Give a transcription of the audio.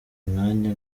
umwanya